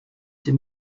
dem